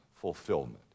fulfillment